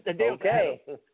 Okay